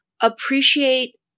appreciate